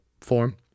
form